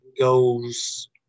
goes